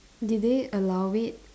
did they allow it